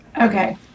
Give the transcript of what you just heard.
Okay